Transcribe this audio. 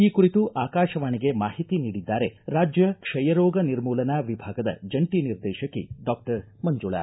ಈ ಕುರಿತು ಆಕಾಶವಾಣಿಗೆ ಮಾಹಿತಿ ನೀಡಿದ್ದಾರೆ ರಾಜ್ಯ ಕ್ಷಯ ರೋಗ ನಿರ್ಮೂಲನಾ ವಿಭಾಗದ ಜಂಟ ನಿರ್ದೇಶಕಿ ಡಾಕ್ಟರ್ ಮಂಜುಳಾ